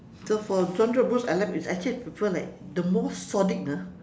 so for genre of books I like it's actually I prefer like the most sordid ah